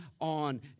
on